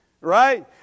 right